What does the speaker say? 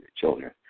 children